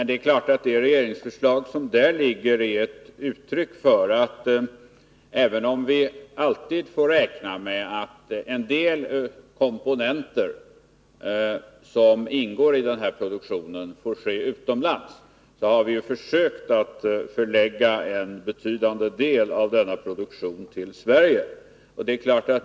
Det regeringsförslag som där föreligger är ett uttryck för att vi, även om vi alltid får räkna med att en del komponenter som ingår i den här produktionen får tillverkas utomlands, har försökt att förlägga en betydande del av denna produktion till Sverige.